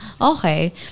Okay